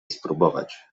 spróbować